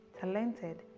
talented